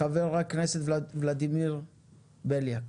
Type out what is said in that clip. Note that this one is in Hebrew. חבר הכנסת ולדימיר בליאק.